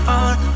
on